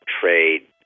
trade